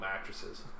mattresses